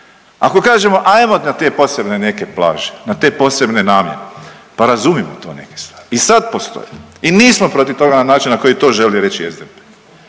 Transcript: Ako kažemo ajmo na te posebne neke plaže na te posebne namjene pa razumimo to neke stvari. I sad postoje i nismo protiv toga na način na koji to želi reći SDP.